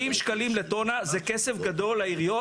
40 שקלים לטונה זה כסף גדול לעיריות.